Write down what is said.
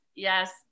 Yes